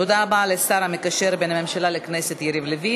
תודה רבה לשר המקשר בין הממשלה לכנסת יריב לוין.